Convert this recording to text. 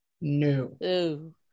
New